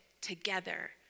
together